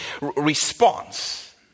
response